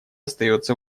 остается